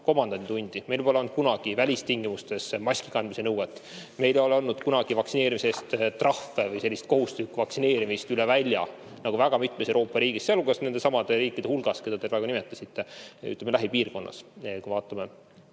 komandanditundi, meil pole olnud kunagi välistingimustes maskikandmise nõuet, meil ei ole olnud kunagi vaktsineerimise eest trahve või kohustuslikku vaktsineerimist üle välja nagu väga mitmes Euroopa riigis ja ka nendesamade riikide hulgas, keda te praegu nimetasite, ütleme, lähipiirkonnas,